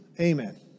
Amen